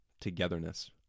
togetherness